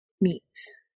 meats